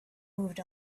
moved